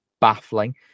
baffling